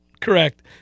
Correct